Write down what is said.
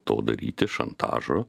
to daryti šantažo